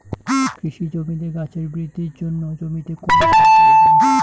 কৃষি জমিতে গাছের বৃদ্ধির জন্য জমিতে কোন সারের প্রয়োজন?